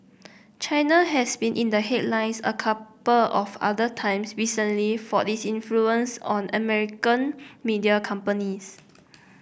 China has been in the headlines a couple of other times recently for its influence on American media companies